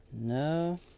No